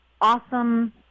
awesome